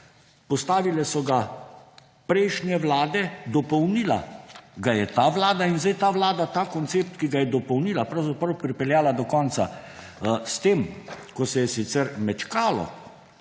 Postavile so ga prejšnje vlade, dopolnila ga je ta vlada in zdaj ta vlada ta koncept, ki ga je dopolnila, pravzaprav pripeljala do konca z novo osebno izkaznico